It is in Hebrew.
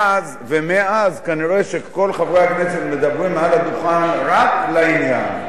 ומאז כנראה כל חברי הכנסת מדברים מעל הדוכן רק לעניין.